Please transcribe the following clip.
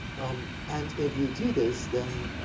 um, and if you do this then,